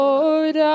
Lord